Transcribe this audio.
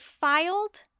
filed